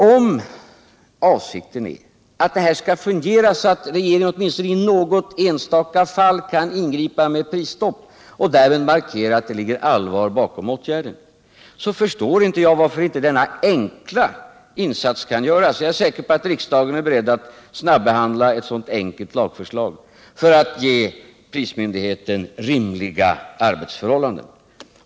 Om avsikten är att det här systemet skall fungera så att regeringen åtminstone i något enstaka fall kan ingripa med prisstopp och därmed markera att det ligger allvar bakom bestämmelserna, då förstår jag inte varför den enkla insats jag föreslår inte kan göras. Jag är säker på att riksdagen är beredd att snåbbehandla ett sådant enkelt lagförslag för att ge prismyndigheten rimliga arbetsförhållanden.